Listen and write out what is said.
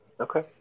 Okay